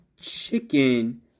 chicken